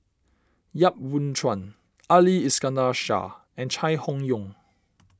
Yap Boon Chuan Ali Iskandar Shah and Chai Hon Yoong